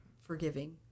forgiving